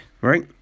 right